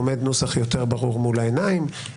עומד נוסח יותר ברור מול העיניים,